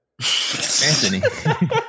Anthony